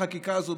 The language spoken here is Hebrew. בחקיקה הזאת,